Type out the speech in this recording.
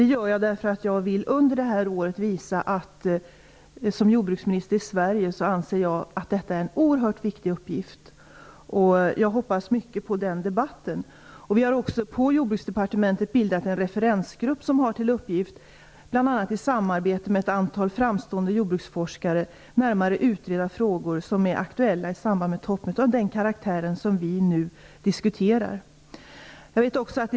Det gör jag därför att jag under det här året vill visa att jag som jordbruksminister i Sverige anser att detta är en oerhört viktig uppgift. Jag hoppas mycket på det. Vi har på Jordbruksdepartementet bildat en referensgrupp som har till uppgift att bl.a. i samarbete med ett antal framstående jordbruksforskare närmare utreda frågor av den karaktär som vi nu diskuterar och som är aktuella i samband med toppmötet.